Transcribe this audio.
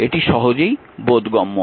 এটি সহজেই বোধগম্য